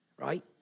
right